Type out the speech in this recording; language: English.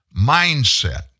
mindset